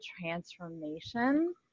transformation